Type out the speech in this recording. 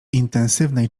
intensywnej